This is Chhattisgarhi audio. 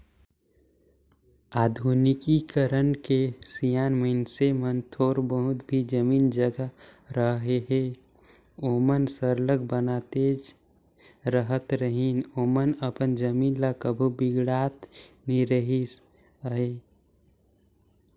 आधुनिकीकरन के सियान मइनसे मन थोर बहुत भी जमीन जगहा रअहे ओमन सरलग बनातेच रहत रहिन ओमन अपन जमीन ल कभू बिगाड़त नी रिहिस अहे